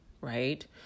right